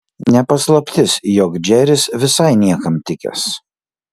ne paslaptis jog džeris visai niekam tikęs